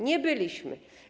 Nie byliśmy.